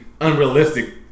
unrealistic